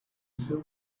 sealed